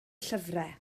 llyfrau